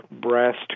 breast